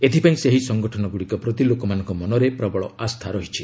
ଏଥିପାଇଁ ସେହି ସଂଗଠନ ଗୁଡ଼ିକ ପ୍ରତି ଲୋକମାନଙ୍କ ମନରେ ପ୍ରବଳ ଆସ୍ଥା ରହିଛି